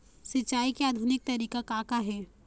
सिचाई के आधुनिक तरीका का का हे?